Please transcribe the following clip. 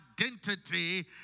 identity